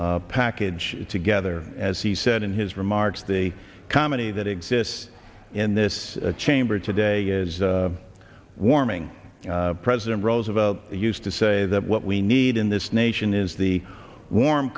package together as he said in his remarks the comedy that exists in this chamber today is warming president roosevelt used to say that what we need in this nation is the warm